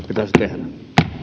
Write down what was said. pitäisi tehdä